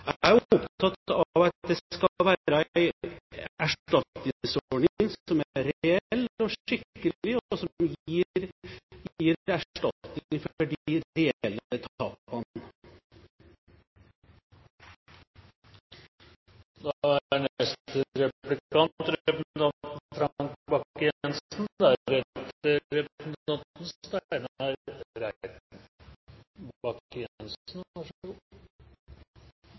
Jeg er opptatt av at det skal være en erstatningsordning som er reell og skikkelig, og som gir erstatning for de